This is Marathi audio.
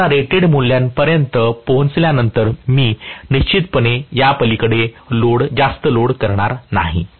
व्होल्टेजच्या रेटेड मूल्यापर्यंत पोहोचल्यानंतर मी निश्चितपणे यापलिकडे जास्त लोड करणार नाही